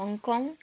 Hong Kong